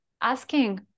asking